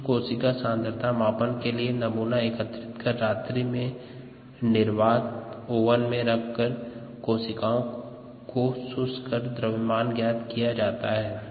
शुष्क कोशिका सांद्रता मापन के लिए नमूना एकत्रित कर रात्रि में निर्वात ओवन में रखकर कोशिकाओं को शुष्क कर द्रव्यमान ज्ञात किया जाता है